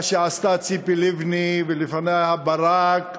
מה שעשתה ציפי לבני ולפניה ברק.